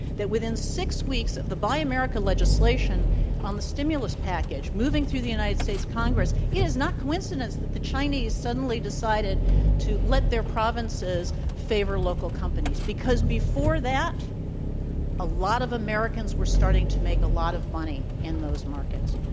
that within six weeks of the buy american legislature and on the stimulus package moving through the united states congress, it is not coincidence that the chinese suddenly decided to let their provinces favor local companies, because before that a lot of americans were starting to make a lot of money in those markets.